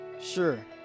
Sure